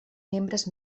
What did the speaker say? membres